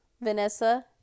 Vanessa